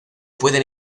pueden